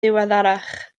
ddiweddarach